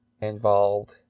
involved